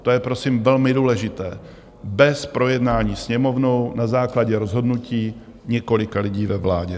To je, prosím, velmi důležité, bez projednání Sněmovnou, na základě rozhodnutí několika lidí ve vládě.